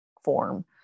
form